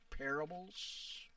parables